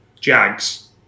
Jags